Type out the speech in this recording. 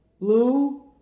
blue